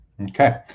okay